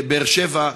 בבאר שבע,